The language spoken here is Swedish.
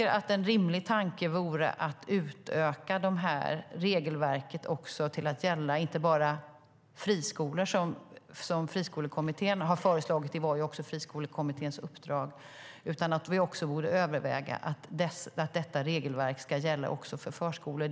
En rimlig tanke vore att utöka regelverket så att det inte gäller bara friskolor utan också förskolor.